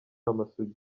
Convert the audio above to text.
amasugi